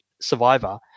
survivor